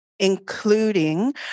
including